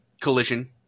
Collision